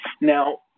Now